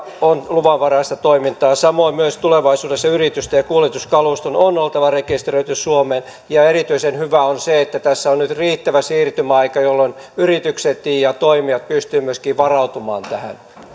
on luvanvaraista toimintaa samoin myös tulevaisuudessa yritysten ja kuljetuskaluston on oltava rekisteröity suomeen ja erityisen hyvää on se että tässä on nyt riittävä siirtymäaika jolloin yritykset ja toimijat pystyvät myöskin varautumaan tähän